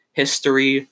history